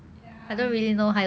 ya